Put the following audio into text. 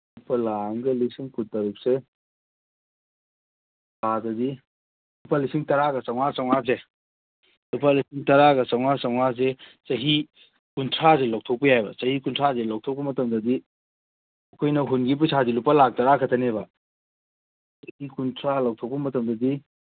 ꯂꯨꯄꯥ ꯂꯥꯈ ꯑꯃꯒ ꯂꯤꯁꯤꯡ ꯀꯨꯟ ꯇꯔꯨꯛꯁꯦ ꯊꯥꯗꯗꯤ ꯂꯨꯄꯥ ꯂꯤꯁꯤꯡ ꯇꯔꯥꯒ ꯆꯥꯃꯉꯥ ꯆꯥꯃꯉꯥꯁꯦ ꯂꯨꯄꯥ ꯂꯤꯁꯤꯡ ꯇꯔꯥꯒ ꯆꯥꯃꯉꯥ ꯆꯥꯉꯥꯁꯦ ꯆꯍꯤ ꯀꯨꯟꯊ꯭ꯔꯥꯁꯤ ꯂꯧꯊꯣꯛꯄ ꯌꯥꯏꯌꯦꯕ ꯆꯍꯤ ꯀꯨꯟꯊ꯭ꯔꯥꯁꯦ ꯂꯧꯊꯣꯛꯄ ꯃꯇꯝꯗꯗꯤ ꯑꯩꯈꯣꯏꯅ ꯍꯨꯟꯈꯤꯕ ꯄꯩꯁꯥꯁꯦ ꯂꯨꯄꯥ ꯂꯥꯈ ꯇꯔꯥꯈꯛꯇꯅꯦꯕ ꯑꯗꯒꯤ ꯀꯨꯟꯊ꯭ꯔꯥ ꯂꯧꯊꯣꯛꯄ ꯃꯇꯝꯗꯗꯤ